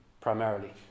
Primarily